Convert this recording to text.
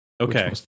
Okay